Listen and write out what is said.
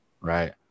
right